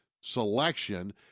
selection